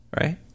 Right